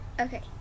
okay